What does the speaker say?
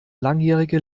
langjährige